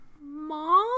Mom